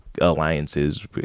alliances